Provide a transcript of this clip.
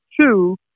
Two